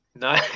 No